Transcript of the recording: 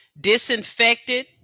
disinfected